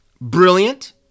brilliant